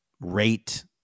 rate